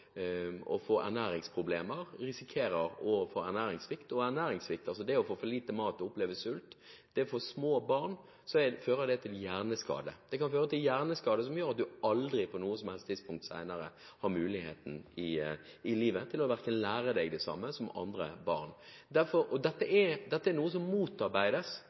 å få ernæringsproblemer, og som risikerer å få ernæringssvikt. Det å få for lite mat og oppleve sult kan føre til hjerneskade for små barn. Det kan føre til hjerneskade som gjør at man aldri på noe som helst tidspunkt senere i livet har mulighet til å lære seg det samme som andre barn. Dette er noe som motarbeides